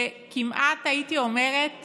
וכמעט הייתי אומרת